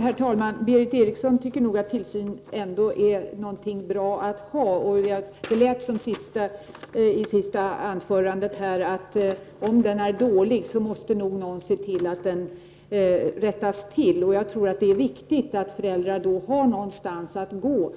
Herr talman! Berith Eriksson tycker nog att tillsyn är någonting bra att ha. Det lät så i sista anförandet, att om tillsynen är dålig måste nog någon se till att den förbättras. Jag tror att det är viktigt att föräldrar har någonstans att gå